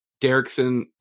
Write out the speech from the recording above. Derrickson